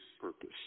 purpose